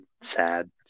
sad